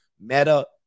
Meta